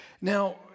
Now